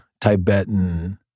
Tibetan